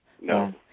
No